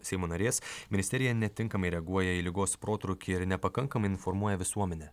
seimo narės ministerija netinkamai reaguoja į ligos protrūkį ir nepakankamai informuoja visuomenę